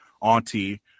Auntie